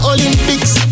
Olympics